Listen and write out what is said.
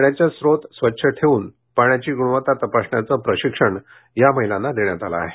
पाण्याच्या स्रोत स्वच्छ ठेवून पाण्याची गुणवत्ता तपासण्याचं प्रशिक्षण या महिलांना देण्यात आले आहे